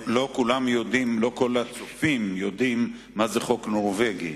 לא כל הצופים יודעים מה זה החוק הנורבגי.